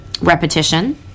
repetition